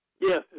Yes